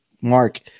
mark